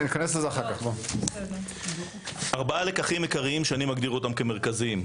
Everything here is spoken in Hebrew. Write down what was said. להלן ארבעה לקחים עיקריים שאני מגדיר אותם כמרכזיים.